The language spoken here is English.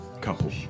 couple